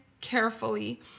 carefully